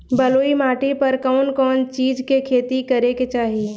बलुई माटी पर कउन कउन चिज के खेती करे के चाही?